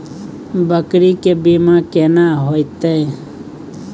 बकरी के बीमा केना होइते?